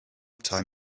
time